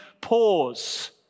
pause